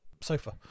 sofa